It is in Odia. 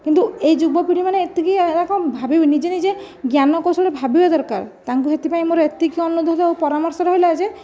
କିନ୍ତୁ ଏହି ଯୁବପିଢ଼ୀମାନେ ଏତିକି ଏଗୁଡ଼ିକ ଭାବିବେନି ନିଜେ ନିଜେ ଜ୍ଞାନ କୌଶଳ ଭାବିବା ଦରକାର ତାଙ୍କୁ ସେଥିପାଇଁ ମୋର ଏତିକି ଅନୁରୋଧ ଓ ପରାମର୍ଶ ରହିଲା ଯେ